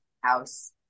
house